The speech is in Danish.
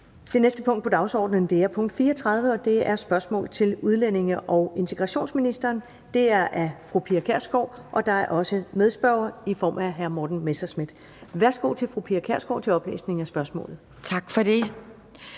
Det næste punkt på dagsordenen er punkt 34, og det er spørgsmål til udlændinge- og integrationsministeren af fru Pia Kjærsgaard. Der er også en medspørger i form af hr. Morten Messerschmidt. Kl. 17:10 Spm. nr. S 1019 (omtrykt)